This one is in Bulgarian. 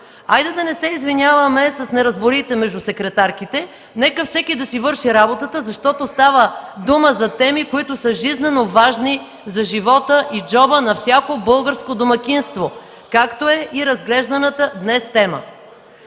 Хайде, да не се извиняваме с неразбориите между секретарките! Нека всеки да си върши работата, защото става дума за теми, жизнено важни за живота и за джоба на всяко българско домакинство, както и разглежданата днес тема.